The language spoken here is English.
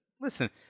listen